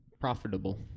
profitable